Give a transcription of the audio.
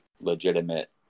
legitimate